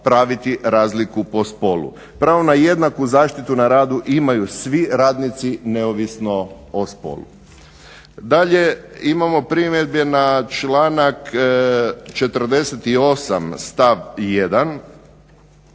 praviti razliku po spolu. Pravilo na jednaku zaštitu na radu imaju svi radnici neovisno o spolu. Dalje imamo primjedbe na članak 48. stav 1.,